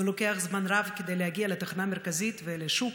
ולוקח זמן רב להגיע לתחנה המרכזית ולשוק,